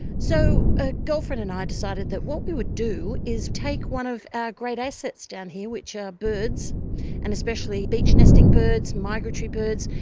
so a girlfriend and i decided that what we would do is take one of our great assets down here, which are birds and especially beach-nesting birds, migratory birds,